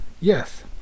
Yes